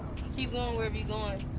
keep going wherever you're going.